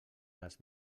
les